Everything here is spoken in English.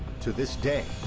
to this day,